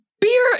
beer